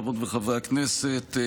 חברות וחברי הכנסת,